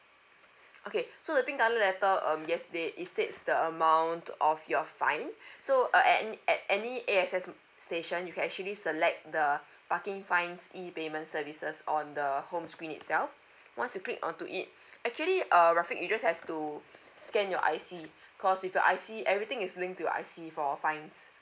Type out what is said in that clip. okay so the pink colour letter um yesterday it states the amount of your fine so uh at any at any A_S_X station you can actually select the parking fines e payment services on the home screen itself once you click onto it actually uh rafiq you just have to scan your I_C cause with your I_C everything is linked to your I_C for fines